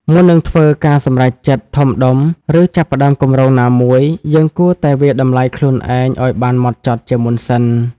មុននឹងធ្វើការសម្រេចចិត្តធំដុំ ឬចាប់ផ្តើមគម្រោងណាមួយ យើងគួរតែវាយតម្លៃខ្លួនឯងឲ្យបានហ្មត់ចត់ជាមុនសិន។